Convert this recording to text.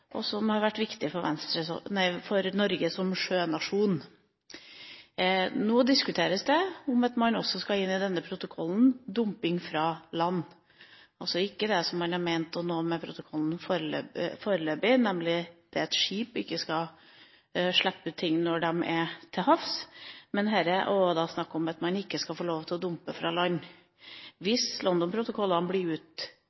og det har vært viktig for Norge som sjønasjon. Nå diskuteres det om man også skal ha med dumping fra land i denne protokollen – altså ikke det man har ment med protokollen foreløpig, nemlig det at skip ikke skal slippe ut ting når de er til havs, men her er det også snakk om at man ikke skal få lov til å dumpe fra land.